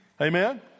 Amen